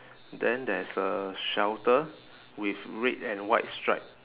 then there is a shelter with red and white stripe